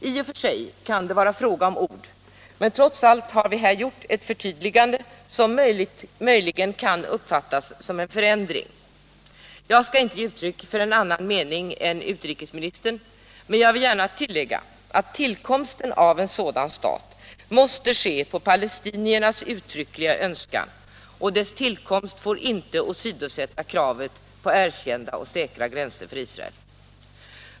I och för sig kan det vara en fråga om ord, men trots allt har vi här gjort ett förtydligande som möjligen kan uppfattas som en förändring. Jag skall inte ge uttryck för en annan mening än utrikesministern, men jag vill gärna tillägga att tillkomsten av en sådan stat måste ske på palestiniernas uttryckliga önskan, och tillkomsten får inte åsidosätta kravet på erkända och säkra gränser för Israel.